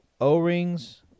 O-rings